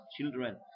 children